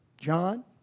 John